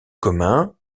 commun